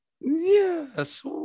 Yes